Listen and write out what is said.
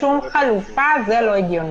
לא, זה שאין שום חלופה, זה לא הגיוני.